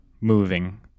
moving